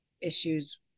issues